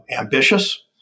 ambitious